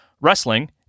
wrestling